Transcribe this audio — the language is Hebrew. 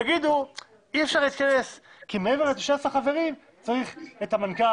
תאמר שאי אפשר להתכנס כי מעבר ל-19 חברים צריך את המנכ"ל,